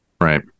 right